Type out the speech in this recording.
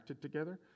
together